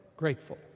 Grateful